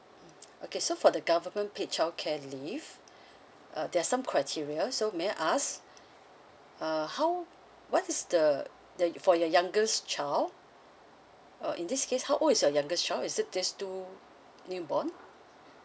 okay so for the government paid childcare leave uh there's some criteria so may I ask uh how what is the the you for your youngest child uh in this case how old is your youngest child is it these two newborn